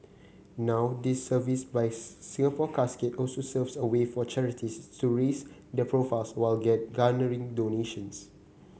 now this service by Singapore Casket also serves as a way for charities to raise their profiles while garnering donations